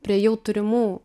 prie jau turimų